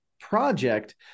project